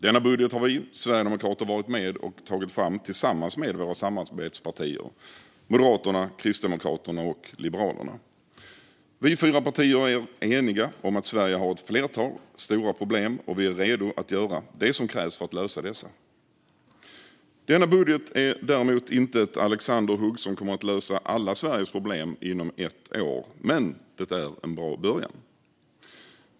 Denna budget har vi sverigedemokrater varit med och tagit fram tillsammans med våra samarbetspartier Moderaterna, Kristdemokraterna och Liberalerna. Vi fyra partier är eniga om att Sverige har ett flertal stora problem, och vi är redo att göra det som krävs för att lösa dessa. Denna budget är däremot inte ett alexanderhugg som kommer att lösa alla Sveriges problem inom ett år, men den är en bra början.